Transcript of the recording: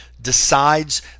decides